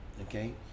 okay